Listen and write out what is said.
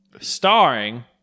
starring